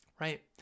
Right